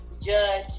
judge